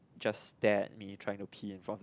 just stare at me trying to pee in front of the